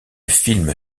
film